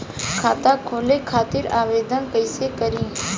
खाता खोले खातिर आवेदन कइसे करी?